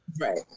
Right